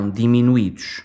diminuídos